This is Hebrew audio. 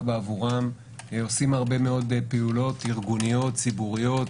בעבורם עושים הרבה מאוד פעילויות ארגוניות-ציבוריות,